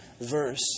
verse